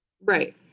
Right